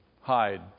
hide